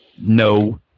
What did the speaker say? No